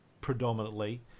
predominantly